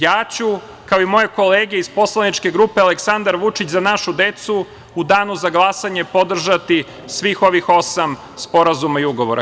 Ja ću, kao i moje kolege iz poslaničke grupe Aleksandar Vučić – za našu decu, u danu za glasanje podržati svih ovih osam sporazuma i ugovora.